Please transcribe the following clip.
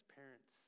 parents